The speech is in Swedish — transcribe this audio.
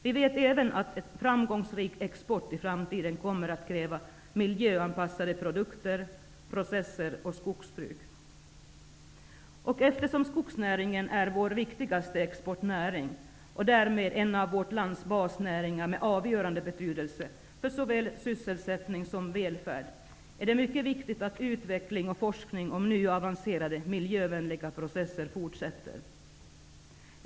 Vi vet även att en framgångsrik export i framtiden kommer att kräva miljöanpassade produkter och processer och miljöanpassat skogsbruk. Eftersom skogsnäringen är vår viktigaste exportnäring och därmed en av vårt lands basnäringar med avgörande betydelse för såväl sysselsättning som välfärd är det mycket viktigt att utveckling och forskning om nya avancerade miljövänliga processer fortsätter.